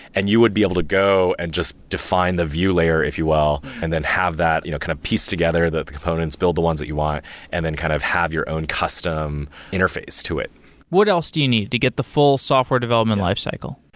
and you would be able to go and just define the view layer, if you will. and then have that you know kind of piece together the the components, build the ones that you want and then kind of have your own custom interface to it what else do you need to get the full software development lifecycle?